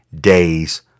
days